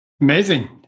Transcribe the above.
Amazing